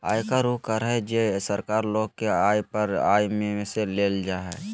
आयकर उ कर हइ जे सरकार लोग के आय पर आय में से लेल जा हइ